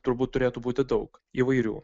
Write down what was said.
turbūt turėtų būti daug įvairių